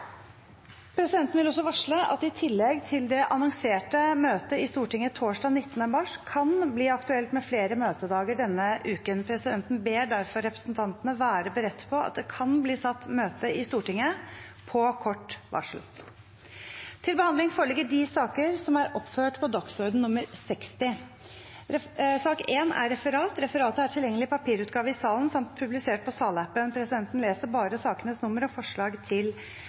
Presidenten vil også varsle at det i tillegg til det annonserte møtet i Stortinget torsdag 19. mars kan bli aktuelt med flere møtedager denne uken. Presidenten ber derfor representantene være beredt på at det kan bli satt møte i Stortinget på kort varsel. Sakene nr. 2 og 3 vil bli behandlet under ett. Presidenten vil ordne debatten slik: Debatten starter med innlegg fra de parlamentariske lederne eller en representant fra hvert parti samt